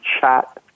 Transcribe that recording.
chat